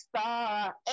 star